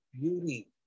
beauty